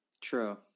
True